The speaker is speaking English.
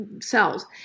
cells